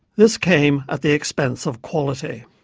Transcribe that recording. this came at the expense of quality.